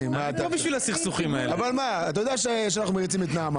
אתה יודע שאנחנו מריצים את נעמה.